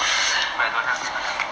what you mean don't have this that don't have